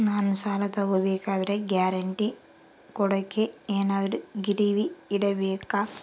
ನಾನು ಸಾಲ ತಗೋಬೇಕಾದರೆ ಗ್ಯಾರಂಟಿ ಕೊಡೋಕೆ ಏನಾದ್ರೂ ಗಿರಿವಿ ಇಡಬೇಕಾ?